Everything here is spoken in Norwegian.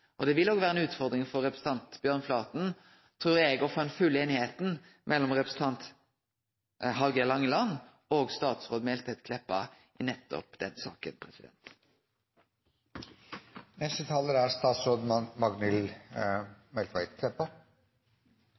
Det vil òg vere ei utfordring for representanten Bjørnflaten, trur eg, å få full einigheit mellom representanten Hallgeir Langeland og statsråd Meltveit Kleppa i nettopp den saka. Det vedtaket som Stortinget gjer i dag i denne saka, er